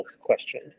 question